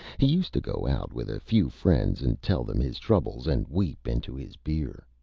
he used to go out with a few friends and tell them his troubles and weep into his beer.